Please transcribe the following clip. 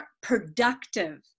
productive